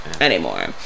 anymore